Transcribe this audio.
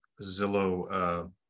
Zillow